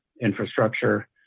infrastructure